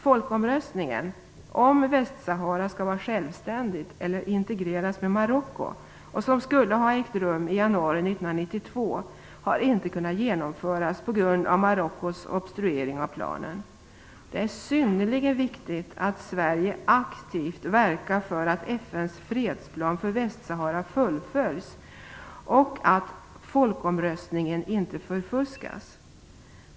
Folkomröstningen - om Västsahara skall vara självständigt eller integreras med Marocko - som skulle ha ägt rum i januari 1992 har inte kunnat genomföras på grund av Marockos obstruering mot planen. Det är synnerligen viktigt att Sverige aktivt verkar för att FN:s fredsplan för Västsahara fullföljs och att folkomröstningen inte förfuskas.